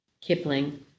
Kipling